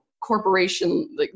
corporation